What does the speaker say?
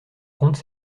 compte